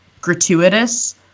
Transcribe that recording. gratuitous